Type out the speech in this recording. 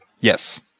Yes